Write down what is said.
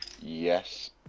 Yes